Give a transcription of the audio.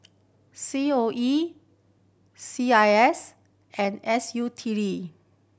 C O E C I S and S U T D